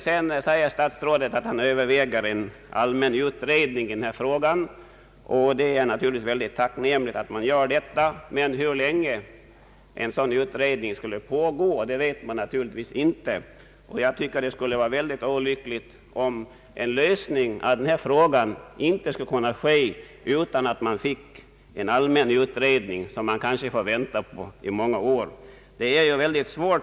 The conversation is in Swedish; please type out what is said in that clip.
Statsrådet säger också att han överväger en allmän utredning av dessa frågor, och det är tacknämligt. Men hur länge en sådan utredning kommer att pågå vet man naturligtvis inte. Det vore olyckligt om en lösning av denna fråga inte skulle kunna ske innan en sådan allmän utredning är färdig. Resultatet kan låta vänta på sig i flera år.